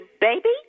baby